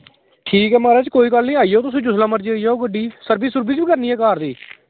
ठीक ऐ म्हाराज कोई गल्ल निं म्हाराज जिसलै मर्जी तुस आई जाओ गड्डी सर्विस सुरविस बी करनी ऐ कार दी